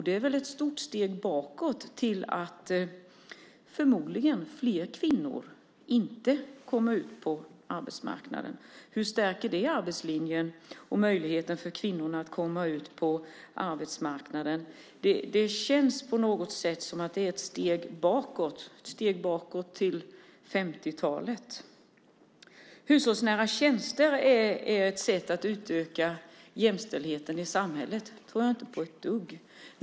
Det är väl ett stort steg bakåt, till att fler kvinnor förmodligen inte kommer ut på arbetsmarknaden. Hur stärker det arbetslinjen och möjligheten för kvinnorna att komma ut på arbetsmarknaden? Det känns på något sätt som att det är ett steg bakåt till 50-talet. Hushållsnära tjänster sägs vara ett sätt att utöka jämställdheten i samhället. Det tror jag inte ett dugg på.